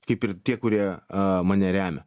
kaip ir tie kurie a mane remia